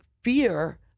fear